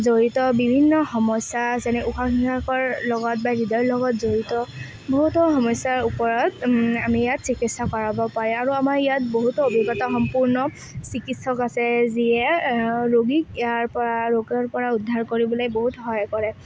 জড়িত বিভিন্ন সমস্যা যেনে উশাহ নিশাহৰ লগত বা হৃদয়ৰ লগত জড়িত বহুতো সমস্যাৰ ওপৰত আমি ইয়াত চিকিৎসা কৰাব পাৰে আৰু আমাৰ ইয়াত বহুতো অভিজ্ঞতা সম্পন্ন চিকিৎসক আছে যিয়ে ৰোগীক ইয়াৰ পৰা ৰোগৰ পৰা উদ্ধাৰ কৰিবলৈ বহুত সহায় কৰে